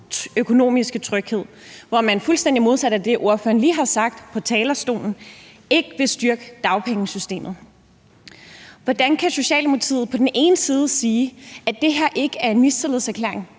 økonomiske tryghed, og hvor man fuldstændig modsat af det, ordføreren lige har sagt på talerstolen, ikke vil styrke dagpengesystemet. Hvordan kan Socialdemokratiet på den ene side sige, at det her ikke er en mistillidserklæring